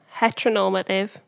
heteronormative